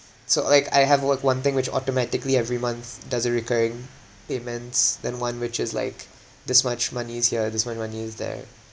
so like I have worked one thing which automatically every month there's a recurring payments then one which is like this much money is here this much money is there